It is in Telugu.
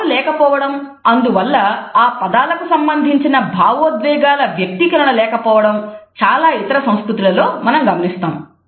పదాలు లేకపోవడం అందువల్ల ఆ పదాల కు సంబంధించిన భావోద్వేగాల వ్యక్తీకరణ లేకపోవడం చాలా ఇతర సంస్కృతుల మనం గమనిస్తాము